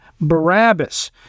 Barabbas